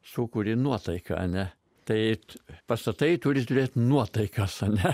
sukuri nuotaiką ane taip pastatai turi turėt nuotaikas ane